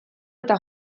eta